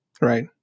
right